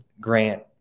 Grant